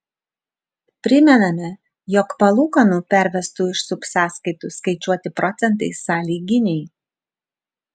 primename jog palūkanų pervestų iš subsąskaitų skaičiuoti procentai sąlyginiai